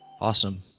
awesome